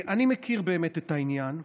אני מכיר באמת את העניין.